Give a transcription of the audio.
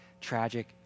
tragic